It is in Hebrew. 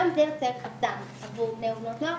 גם זה יוצר הרתעה עבור בני ובנות נוער,